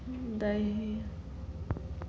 दै हियै